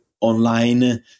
online